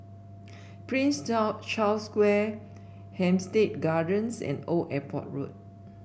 Prince Charles Square Hampstead Gardens and Old Airport Road